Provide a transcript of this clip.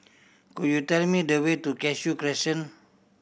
could you tell me the way to Cashew Crescent